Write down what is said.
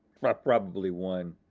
by probably one.